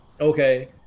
okay